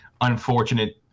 unfortunate